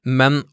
men